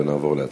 ונעבור להצבעה.